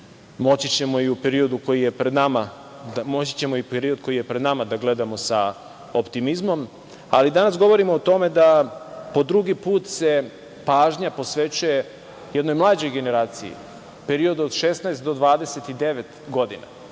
moći ćemo i u periodu koji je pred nama da gledamo sa optimizmom, ali danas govorimo o tome da po drugi put se pažnja posvećuje jednoj mlađoj generaciji, period od 16 do 29 godina.